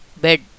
bed